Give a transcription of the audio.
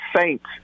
Saints